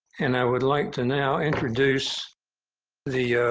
and i would like to now introduce the